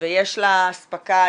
ויש לה אספקה,